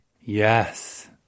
Yes